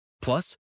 Plus